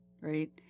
right